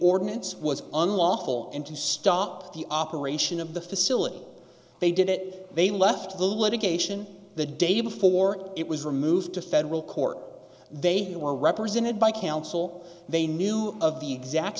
ordinance was on unlawful and to stop the operation of the facility they did it they left the litigation the day before it was removed to federal court they were represented by counsel they knew of the exact